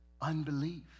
unbelief